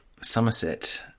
Somerset